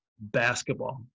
basketball